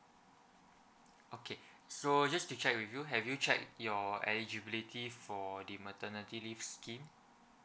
okay so just to check with you have you check your eligibility for the maternity leave scheme